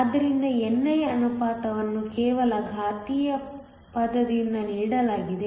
ಆದ್ದರಿಂದ ni ಅನುಪಾತವನ್ನು ಕೇವಲ ಘಾತೀಯ ಪದದಿಂದ ನೀಡಲಾಗಿದೆ